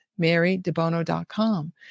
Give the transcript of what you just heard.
marydebono.com